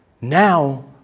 now